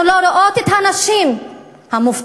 אנחנו לא רואות את הנשים המובטלות.